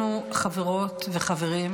התשפ"ד 2024,